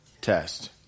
test